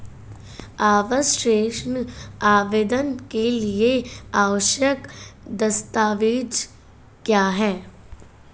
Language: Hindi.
आवास ऋण आवेदन के लिए आवश्यक दस्तावेज़ क्या हैं?